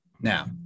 now